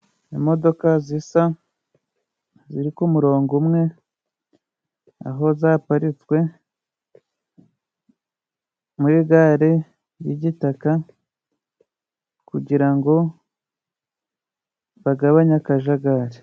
Imodoka zisa ziri ku murongo umwe aho zaparitswe muri gare y'igitaka kugira ngo bagabanye akajagari.